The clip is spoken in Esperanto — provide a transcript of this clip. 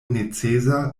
necesa